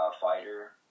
fighter